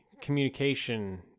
communication